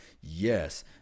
Yes